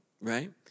Right